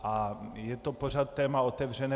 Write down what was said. A je to pořád téma otevřené.